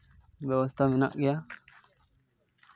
ᱵᱮᱵᱚᱥᱛᱷᱟ ᱢᱮᱱᱟᱜ ᱜᱮᱭᱟ